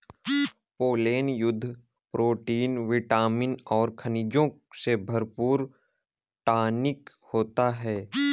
pollen शुद्ध protein vitamin और खनिजों से भरपूर टॉनिक होता है